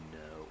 no